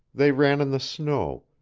they ran in the snow,